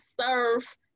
serve